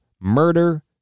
murder